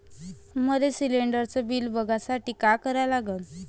मले शिलिंडरचं बिल बघसाठी का करा लागन?